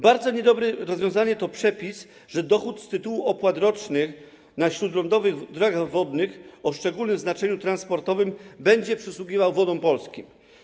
Bardzo niedobrym rozwiązaniem jest przepis, że dochód z tytułu opłat rocznych na śródlądowych drogach wodnych o szczególnym znaczeniu transportowym będzie przysługiwał Wodom Polskim.